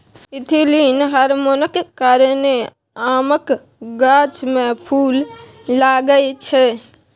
ethylene हार्मोनक कारणेँ आमक गाछ मे फुल लागय छै